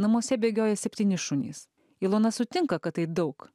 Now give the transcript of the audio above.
namuose bėgioja septyni šunys ilona sutinka kad tai daug